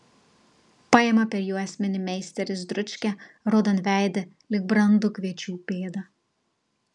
paima per juosmenį meisteris dručkę raudonveidę lyg brandų kviečių pėdą